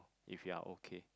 if you're okay